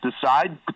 decide